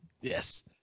yes